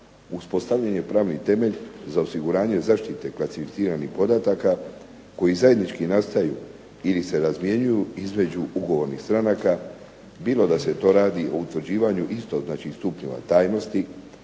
uspostavljen je pravni temelj za osiguranje zaštite klasificiranih podataka koji zajednički nastaju ili se razmjenjuju između ugovornih stranaka bilo da se to radi o utvrđivanju istog, znači stupnjeva tajnosti,